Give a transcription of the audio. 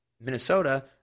Minnesota